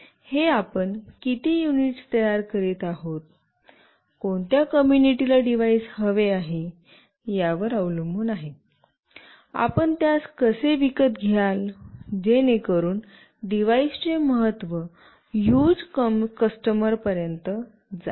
हे आपण किती युनिट्स तयार करीत आहात कोणत्या कम्युनिटी ला ते डिव्हाइस हवे आहे यावर अवलंबून आहे आपण त्यास कसे विकत घ्याल जेणेकरून डिव्हाइसचे महत्त्व ह्यूज कस्टमर पर्यंत जाईल